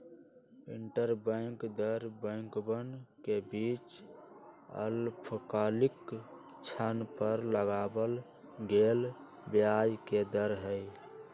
interbank दर बैंकवन के बीच अल्पकालिक ऋण पर लगावल गेलय ब्याज के दर हई